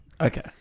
Okay